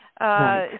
right